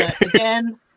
again